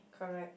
correct